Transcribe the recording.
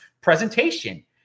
presentation